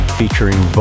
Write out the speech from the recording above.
featuring